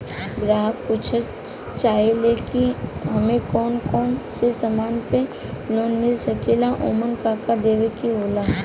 ग्राहक पुछत चाहे ले की हमे कौन कोन से समान पे लोन मील सकेला ओमन का का देवे के होला?